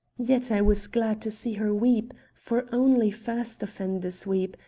yet i was glad to see her weep, for only first offenders weep,